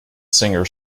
singer